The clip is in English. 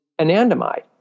anandamide